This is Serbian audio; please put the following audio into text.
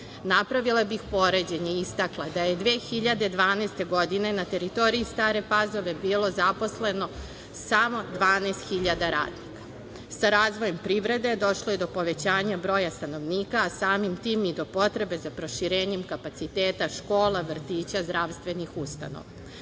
Napravila bih poređenje i istakla da je 2012. godine na teritoriji Stare Pazove bilo zaposleno samo 12.000 radnika. Razvojem privrede došlo je do povećanja broja stanovnika, a samim tim i do potrebe za proširenjem kapaciteta škola, vrtića, zdravstvenih ustanova.U